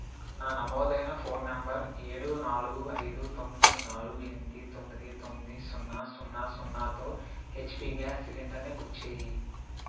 నా నమోదైన phone number ఏడు నాలుగు ఐదు తొమ్మిది నాలుగు ఎనిమిది తొమ్మిది తొమ్మిది సున్నా సున్నా సున్నాతో హెచ్పీ గ్యాస్ సిలిండర్ ని బుక్ చేయి